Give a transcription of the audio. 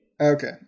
okay